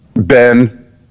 Ben